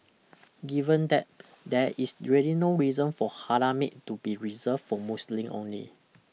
given that there is really no reason for Halal meat to be reserved for Muslim only